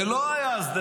ולא היה אז,